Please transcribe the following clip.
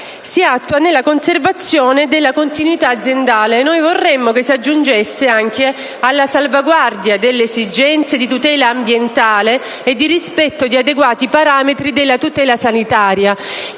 si attua nella conservazione della continuità aziendale. Noi vorremmo che si aggiungessero le parole: «nonché alla salvaguardia delle esigenze di tutela ambientale e di rispetto di adeguati parametri di tutela sanitaria»,